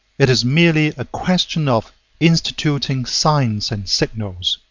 it is merely a question of instituting signs and signals.